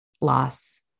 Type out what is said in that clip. loss